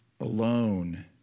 alone